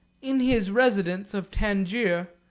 in his residence of tangier,